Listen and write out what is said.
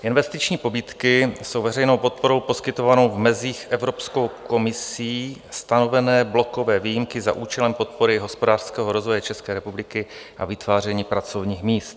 Investiční pobídky jsou veřejnou podporou poskytovanou v mezích Evropskou komisí stanovené blokové podmínky za účelem podpory hospodářského rozvoje České republiky a vytváření pracovních míst.